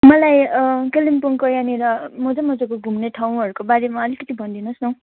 मलाई कालिम्पोङको यहाँनिर मजा मजाको घुम्ने ठाउँहरूको बारेमा अलिकति भनिदिनु होस् न हौ